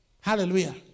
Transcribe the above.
Hallelujah